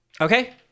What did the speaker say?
Okay